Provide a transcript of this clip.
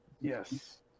Yes